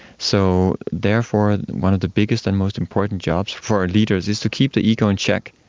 so therefore one of the biggest and most important jobs for leaders is to keep the ego in check,